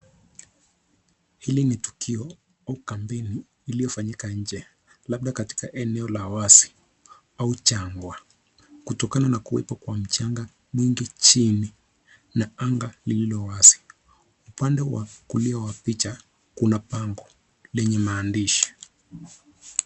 Hili ni tukio kambini iliyofanyika nje labda katika eneo la wazi au jangwa kutokana na kuwepo kwa mchanga mingi chini na anga lililo wazi. Upande wa kulia wa picha kuna bango lenye maandishi.